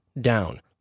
down